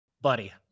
Buddy